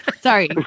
Sorry